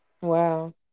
Wow